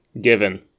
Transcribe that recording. given